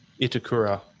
Itakura